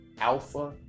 Alpha